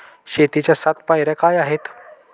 शेतीच्या सात पायऱ्या काय आहेत?